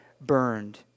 burned